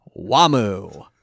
wamu